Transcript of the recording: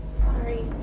Sorry